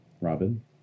Robin